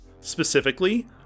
Specifically